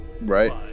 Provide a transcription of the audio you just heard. Right